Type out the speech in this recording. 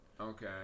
Okay